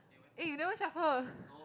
eh you never shuffle